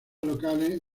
locales